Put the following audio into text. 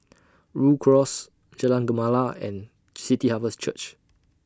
Rhu Cross Jalan Gemala and City Harvest Church